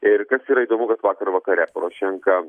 ir kas yra įdomu kad vakar vakare porošenka